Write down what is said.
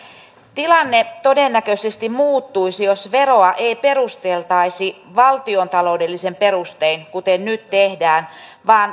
tilanne todennäköisesti muuttuisi jos veroa ei perusteltaisi valtiontaloudellisin perustein kuten nyt tehdään vaan